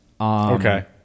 Okay